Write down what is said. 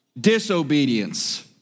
disobedience